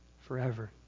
forever